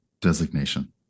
designation